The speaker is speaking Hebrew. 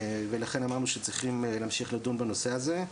ולכן אמרנו שצריך להמשיך לדון בנושא הזה.